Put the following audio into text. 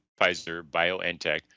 Pfizer-BioNTech